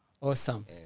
Awesome